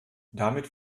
damit